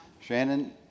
shannon